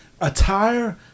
attire